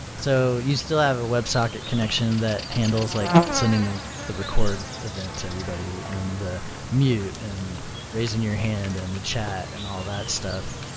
so you still have a web socket connection that handles like send in the the record event to everybody, and the mute, and raising your hand, and the chat, and all that stuff.